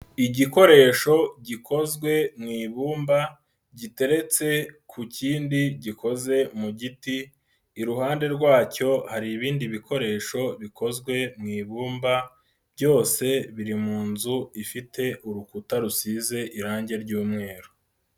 Igikoresho gikozwe mu ibumba giteretse ku kindi gikoze mu giti, iruhande rwacyo hari ibindi bikoresho bikozwe mu ibumba byose biri mu nzu ifite urukuta rusize irangi ry'umweru.